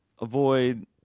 avoid